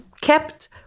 kept